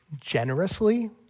generously